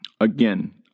Again